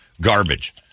garbage